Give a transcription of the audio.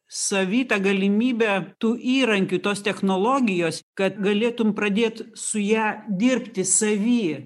savy tą galimybę tų įrankių tos technologijos kad galėtum pradėt su ja dirbti savy